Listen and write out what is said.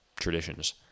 traditions